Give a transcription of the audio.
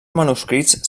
manuscrits